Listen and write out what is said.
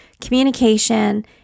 communication